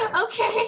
okay